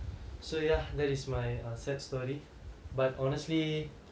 so ya that is my uh sad story but honestly